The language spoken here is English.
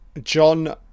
John